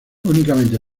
únicamente